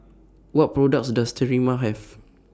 What products Does Sterimar Have